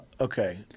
Okay